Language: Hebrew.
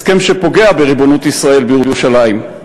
הסכם שפוגע בריבונות ישראל בירושלים,